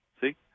See